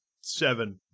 seven